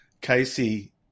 Casey